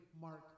mark